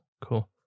Cool